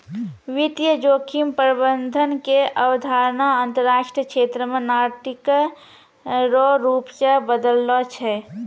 वित्तीय जोखिम प्रबंधन के अवधारणा अंतरराष्ट्रीय क्षेत्र मे नाटक रो रूप से बदललो छै